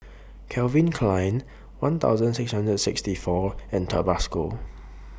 Calvin Klein one thousand six hundred and sixty four and Tabasco